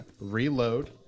Reload